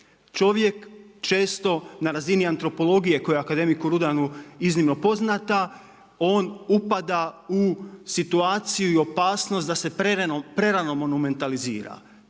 Čovjek često na razini antropologije koja akademiku Rudanu iznimno poznata on upada u situaciju i opasnost da se prerano monumentalizira.